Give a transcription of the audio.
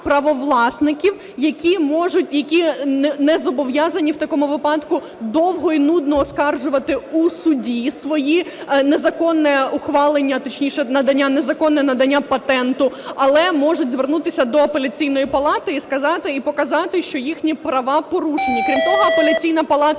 правовласників, які можуть, які не зобов'язані в такому випадку довго і нудно оскаржувати у суді свої… незаконне ухвалення, точніше надання… незаконне надання патенту, але можуть звернутися до Апеляційної палати і сказати, і показати, що їхні права порушені. Крім того Апеляційна палата